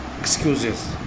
excuses